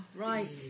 Right